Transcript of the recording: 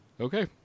Okay